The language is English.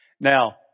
Now